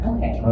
Okay